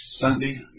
Sunday